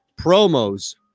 promos